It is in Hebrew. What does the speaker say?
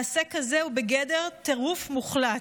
מעשה כזה הוא בגדר טירוף מוחלט,